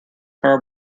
car